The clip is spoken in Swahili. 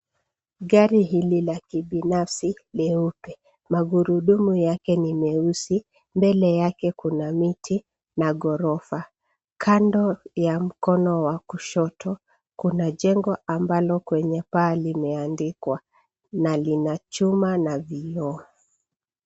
Gari hili la kibinafsi nyeupe, magurudumu yake ni meusi. Mbele yake kuna miti na ghorofa. Kando ya mkono wa kushoto, kuna jengo ambalo kwenye paa limeandikwa na lina chuma na vioo.